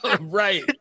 Right